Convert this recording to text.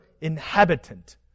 inhabitant